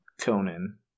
Conan